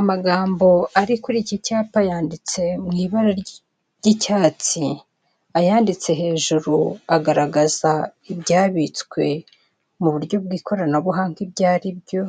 Amagambo ari kuri iki cyapa yanditse mu ibara ry'icyatsi, ayanditse hejuru agaragaza ibyabitswe mu buryo bw'ikoranabuhanga ibyaribyo,